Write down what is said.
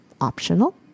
optional